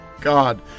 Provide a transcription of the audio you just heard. God